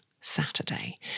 saturday